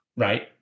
Right